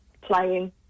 playing